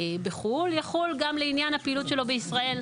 בחו"ל זה יחול גם לעניין הפעילות שלו בישראל,